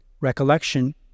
recollection